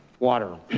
water.